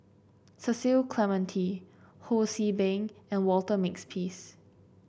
Cecil Clementi Ho See Beng and Walter Makepeace